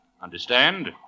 Understand